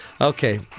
Okay